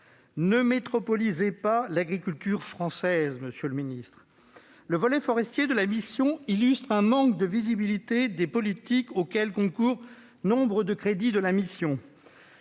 Ne métropolisez pas l'agriculture française, monsieur le ministre ! Le volet forestier de la mission illustre un manque de visibilité des politiques auxquelles concourent nombre de crédits de la mission.